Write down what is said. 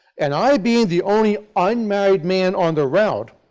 and i being the only unmarried man on the route,